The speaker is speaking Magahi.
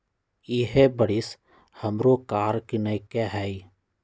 इहे बरिस हमरो कार किनए के हइ